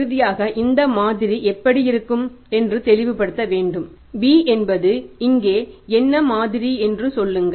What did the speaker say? இறுதியாக இந்த மாதிரி எப்படி இருக்கும் என்று தெளிவுபடுத்த வேண்டும் b இங்கே என்ன மாதிரி என்று சொல்லுங்கள்